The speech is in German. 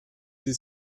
sie